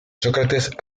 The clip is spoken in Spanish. sócrates